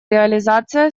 реализация